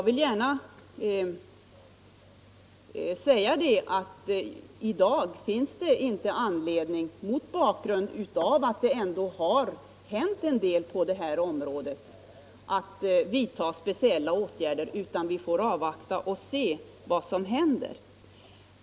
I dag finns det inte anledning, mot bakgrund av att det ändå har hänt en del på detta område, att vidta speciella åtgärder. Vi får avvakta och se vad som händer.